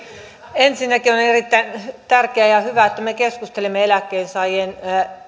ensinnäkin on erittäin tärkeää ja hyvä että me keskustelemme eläkkeensaajien